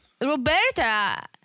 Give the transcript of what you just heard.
Roberta